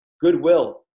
goodwill